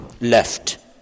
left